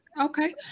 okay